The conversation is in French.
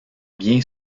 bien